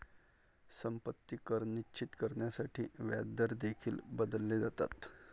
संपत्ती कर निश्चित करण्यासाठी व्याजदर देखील बदलले जातात